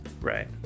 Right